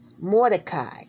Mordecai